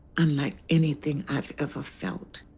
unlike anything i've ever felt